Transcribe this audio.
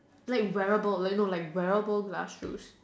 like wearable like no wearable glass shoes